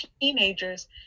teenagers